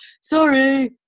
Sorry